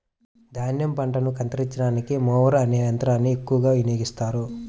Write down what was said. ధాన్యం పంటలను కత్తిరించడానికి మొవర్ అనే యంత్రాన్ని ఎక్కువగా వినియోగిస్తారు